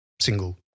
single